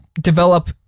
develop